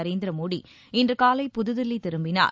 நரேந்திர மோடி இன்று காலை புதுதில்லி திரும்பினர்